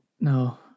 no